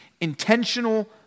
intentional